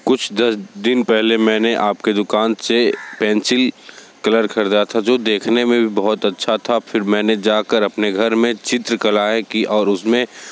कुछ दस दिन पहले मैंने आपके दुकान से पेंसिल कलर ख़रीदा था जो देखने में भी बहुत अच्छा था फिर मैंने जा कर अपने घर में चित्रकलाएँ कि और उसमें